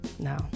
No